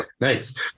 Nice